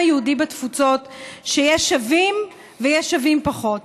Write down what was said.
היהודי בתפוצות שיש שווים ויש שווים פחות,